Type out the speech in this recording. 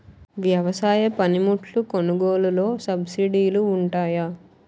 వ్యవసాయ పనిముట్లు కొనుగోలు లొ సబ్సిడీ లు వుంటాయా?